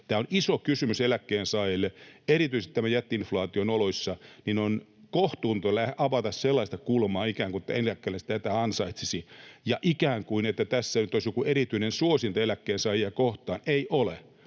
Tämä on iso kysymys eläkkeensaajille, erityisesti tämän jätti-inflaation oloissa, ja on kohtuutonta avata sellaista kulmaa, että ikään kuin eläkeläiset eivät tätä ansaitsisi ja että ikään kuin tässä nyt olisi joku erityinen suosinta eläkkeensaajia kohtaan. Ei ole.